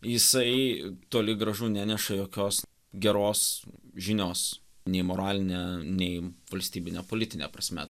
jisai toli gražu neneša jokios geros žinios nei moraline nei valstybine politine prasme